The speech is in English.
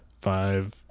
five